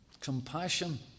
Compassion